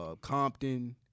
Compton